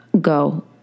Go